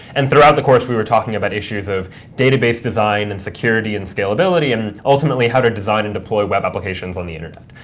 and throughout the course, we were talking about issues of database design and security and scalability, and ultimately how to design and deploy web applications on the internet.